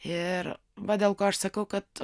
ir va dėl ko aš sakau kad